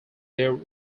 their